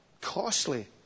costly